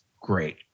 great